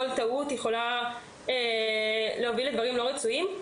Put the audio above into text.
טעות יכולה להוביל לדברים לא רצויים.